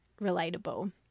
relatable